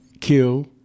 Kill